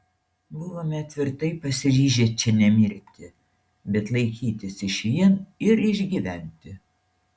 buvome tvirtai pasiryžę čia nemirti bet laikytis išvien ir išgyventi